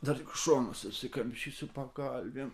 dar tik šonus susikamšysiu pagalvėm